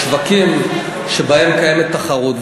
בשווקים שבהם קיימת תחרות,